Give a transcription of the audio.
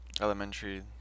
elementary